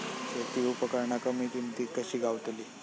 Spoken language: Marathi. शेती उपकरणा कमी किमतीत कशी गावतली?